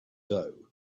doe